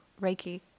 Reiki